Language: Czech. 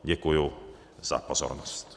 Děkuji za pozornost.